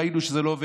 ראינו שזה לא עובד,